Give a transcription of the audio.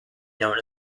known